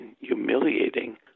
humiliating